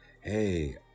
hey